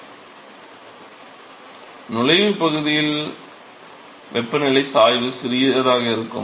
மாணவர் நுழைவு பகுதியில் வெப்பநிலை சாய்வு சிறியதாக இருக்கும்